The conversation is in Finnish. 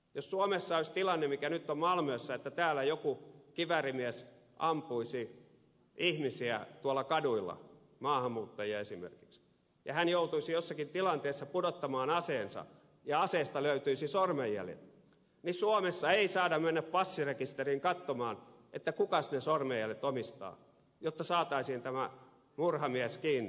jos suomessa olisi tilanne mikä nyt on malmössä että täällä joku kiväärimies ampuisi ihmisiä kaduilla maahanmuuttajia esimerkiksi ja hän joutuisi jossakin tilanteessa pudottamaan aseensa ja aseesta löytyisi sormenjäljet niin suomessa ei saada mennä passirekisteriin katsomaan kukas ne sormenjäljet omistaa jotta saataisiin tämä murhamies kiinni